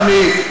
אדוני,